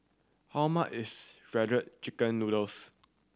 how much is Shredded Chicken Noodles